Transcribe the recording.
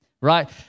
Right